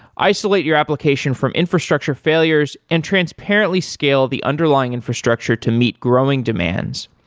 isolate your application from infrastructure failures and transparently scale the underlying infrastructure to meet growing demands,